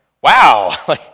wow